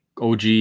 OG